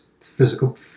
physical